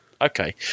okay